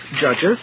judges